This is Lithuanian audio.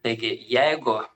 taigi jeigu